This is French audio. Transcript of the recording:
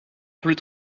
plus